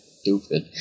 stupid